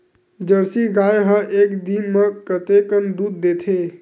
Jersey गाय ह एक दिन म कतेकन दूध देथे?